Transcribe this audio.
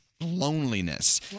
loneliness